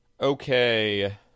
Okay